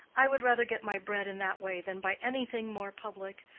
i would rather get my bread in that way than by anything more public.